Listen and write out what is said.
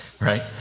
right